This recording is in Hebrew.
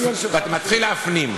אתה מתחיל להפנים.